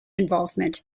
involvement